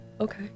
okay